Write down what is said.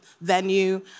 venue